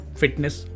fitness